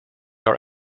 are